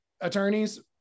attorneys